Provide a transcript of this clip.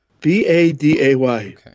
B-A-D-A-Y